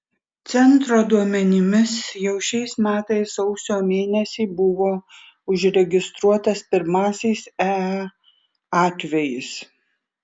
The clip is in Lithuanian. centro duomenimis jau šiais metais sausio mėnesį buvo užregistruotas pirmasis ee atvejis